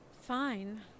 Fine